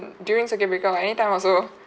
m~ during circuit breaker anytime also